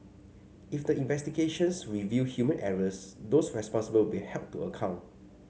if the investigations reveal human errors those responsible will be held to account